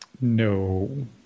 No